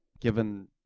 given